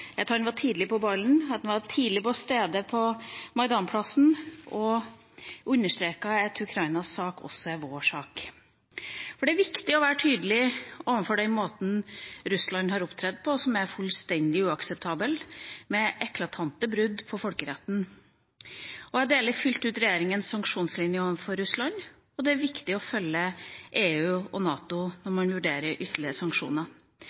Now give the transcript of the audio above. at han var tidlig på banen, at han var til stede på Maidan-plassen og understreket at Ukrainas sak også er vår sak. For det er viktig å være tydelig overfor den måten Russland har opptrådt på, som er fullstendig uakseptabel med eklatante brudd på folkeretten. Jeg deler fullt ut regjeringas sanksjonslinje overfor Russland, og det er viktig å følge EU og NATO når man vurderer ytterligere sanksjoner.